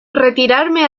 retirarme